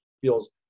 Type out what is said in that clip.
feels